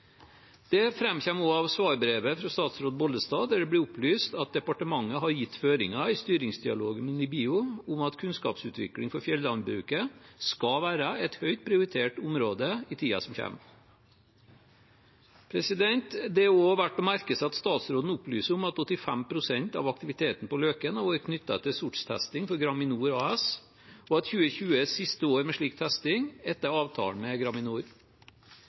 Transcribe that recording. Det framkommer også av svarbrevet fra statsråd Bollestad, der det ble opplyst at departementet har gitt føringer i styringsdialogen med NIBIO om at kunnskapsutvikling for fjellandbruket skal være et høyt prioritert område i tiden som kommer. Det er også verdt å merke seg at statsråden opplyser om at 85 pst. av aktiviteten på Løken har vært knyttet til sortstesting for Graminor AS, og at 2020 er siste år med slik testing etter avtalen med Graminor.